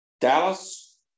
Dallas